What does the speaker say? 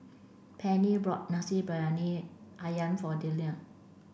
Pennie bought Nasi Briyani Ayam for Deion